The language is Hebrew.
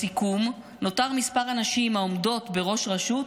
בסיכום, מספר הנשים העומדות בראש רשות